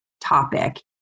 topic